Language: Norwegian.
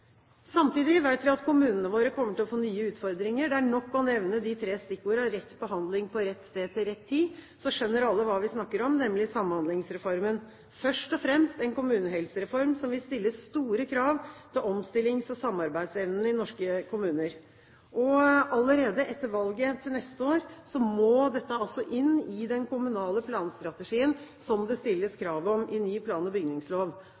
Samtidig vet vi at kommunene våre kommer til å få nye utfordringer. Det er nok å nevne de tre stikkordene rett behandling, på rett sted, til rett tid, så skjønner alle hva vi snakker om, nemlig Samhandlingsreformen – først og fremst en kommunehelsereform som vil stille store krav til omstillings- og samarbeidsevnen i norske kommuner. Allerede etter valget til neste år må dette inn i den kommunale planstrategien, som det stilles krav om i ny plan- og bygningslov.